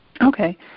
Okay